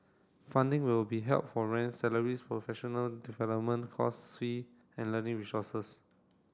funding will be help for rent salaries professional development course fee and learning resources